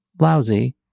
lousy